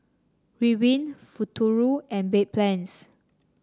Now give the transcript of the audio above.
Ridwind Futuro and Bedpans